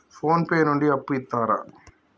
Phone pay నుండి అప్పు ఇత్తరా?